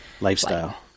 Lifestyle